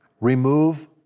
remove